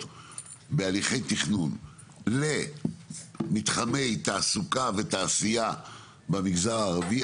בהליכי תכנון למתחמי תעסוקה ותעשייה במגזר הערבי,